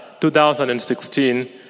2016